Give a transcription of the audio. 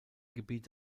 gebiet